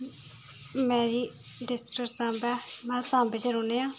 मेरी डिस्ट्रिक्ट साम्बे अस्स साम्बे च रौह्न्ने आं